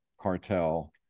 cartel